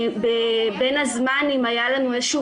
בין הזמנים היה לנו איזשהו